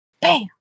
bam